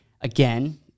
again